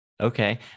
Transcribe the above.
okay